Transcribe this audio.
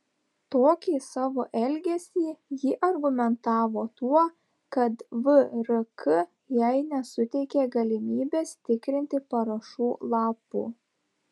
tokį savo elgesį ji argumentavo tuo kad vrk jai nesuteikė galimybės tikrinti parašų lapų